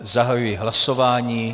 Zahajuji hlasování.